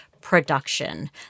production